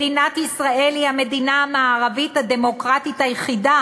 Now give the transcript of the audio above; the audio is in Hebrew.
מדינת ישראל היא המדינה המערבית הדמוקרטית היחידה